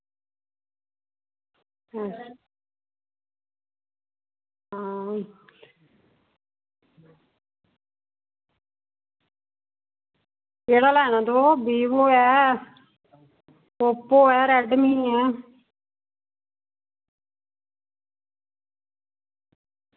हां केह्ड़ा लैना तुसें वीवो लैना ओप्पो ऐ रेडमी ऐ